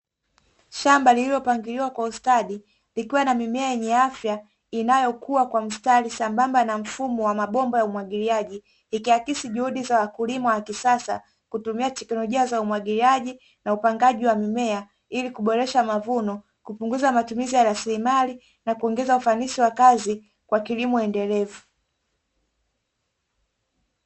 Shamba lililopangiliwa kwa ustadi likiwa na mimea yenye afya inayokua kwa mstari sambamba, na mfumo wa umwagiliaji ikiakisi juhudi za wakulima wa kisasa kutumia teknolojia za umwagiliaji na upangaji wa mimea ili kuboresha mavuno, kupunguza matumizi ya rasilimali pamoja na kuongeza ufanisi wa kazi kwa kilimo endelevu.